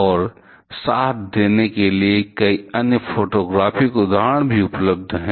और साथ देने के लिए कई अन्य फोटोग्राफिक उदाहरण भी उपलब्ध हैं